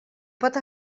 pot